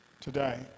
today